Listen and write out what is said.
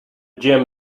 gym